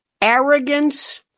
arrogance